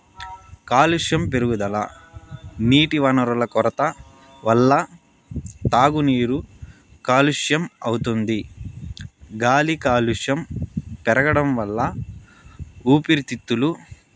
కాలుష్యం పెరుగుదల నీటి వనరుల కొరత వల్ల తాగునీరు కాలుష్యం అవుతుంది గాలి కాలుష్యం పెరగడం వల్ల ఊపిరితిత్తులు